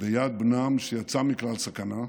ביד בנם שיצא מכלל סכנה,